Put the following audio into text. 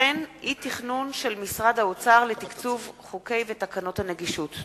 אי-תכנון של משרד האוצר לתקצוב חוקי ותקנות הנגישות.